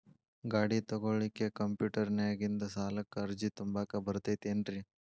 ಗಾಡಿ ತೊಗೋಳಿಕ್ಕೆ ಕಂಪ್ಯೂಟೆರ್ನ್ಯಾಗಿಂದ ಸಾಲಕ್ಕ್ ಅರ್ಜಿ ತುಂಬಾಕ ಬರತೈತೇನ್ರೇ?